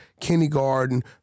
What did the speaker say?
kindergarten